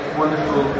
wonderful